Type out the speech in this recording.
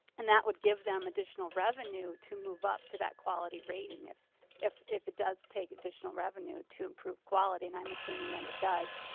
and that would give them additional revenue to move up to that quality rating if if it does take additional revenue to improve quality and um assuming that it does.